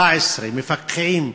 17 מפקחים,